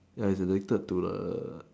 ya he's addicted to the